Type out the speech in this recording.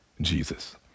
Jesus